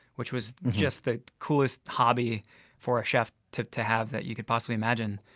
which was just the coolest hobby for a chef to to have that you could possibly imagine.